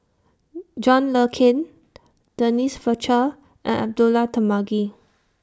John Le Cain Denise Fletcher and Abdullah Tarmugi